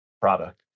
product